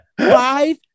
Five